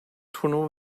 turnuva